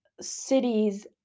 cities